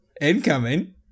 incoming